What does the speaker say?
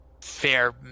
fair